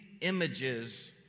images